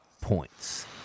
points